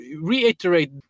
reiterate